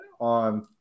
on